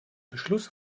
beschluss